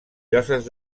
lloses